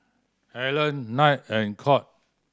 Helen Knight and Court